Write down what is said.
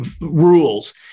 rules